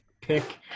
pick